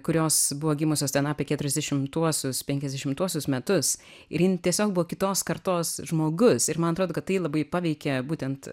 kurios buvo gimusios ten apie keturiasdešimtuosius penkiasdešimtuosius metus ir jin tiesiog buvo kitos kartos žmogus ir man atrodo kad tai labai paveikė būtent